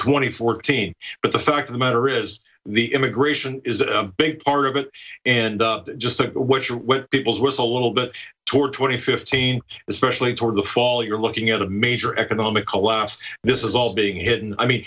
twenty fourteen but the fact of the matter is the immigration is a big part of it and just what your what people's was a little bit toward twenty fifteen especially toward the fall you're looking at a major economic collapse this is all being hit and i mean